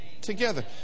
together